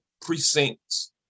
precincts